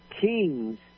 kings